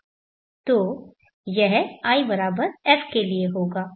तो यह if के लिए होगा